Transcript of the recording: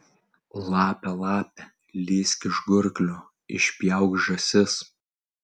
lape lape lįsk iš gurklio išpjauk žąsis